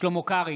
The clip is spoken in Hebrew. שלמה קרעי,